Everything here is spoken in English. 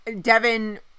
Devin